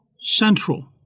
central